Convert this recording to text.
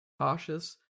cautious